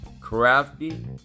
crafty